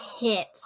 hit